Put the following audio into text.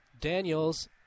Daniels